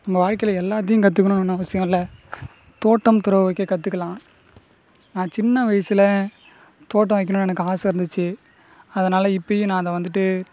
நம்ம வாழ்க்கையில் எல்லாத்தையும் கற்றுக்குனுனு ஒன்று அவசியோம் இல்லை தோட்டம் துறவு வைக்க கற்றுக்கலாம் நான் சின்ன வயசில் தோட்டம் வைக்கணுன்னு எனக்கு ஆசை இருந்துச்சு அதனால் இப்போயும் நான் அதை வந்துட்டு